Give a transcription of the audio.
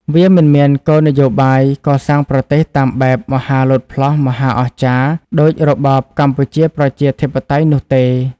វាមិនមានគោលនយោបាយកសាងប្រទេសតាមបែប "មហាលោតផ្លោះ មហាអស្ចារ្យ" ដូចរបបកម្ពុជាប្រជាធិបតេយ្យនោះទេ។